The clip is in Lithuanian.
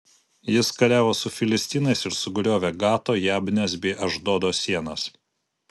jis kariavo su filistinais ir sugriovė gato jabnės bei ašdodo sienas